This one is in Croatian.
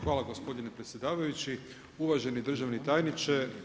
Hvala gospodine predsjedavajući, uvaženi državni tajniče.